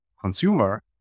consumer